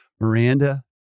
Miranda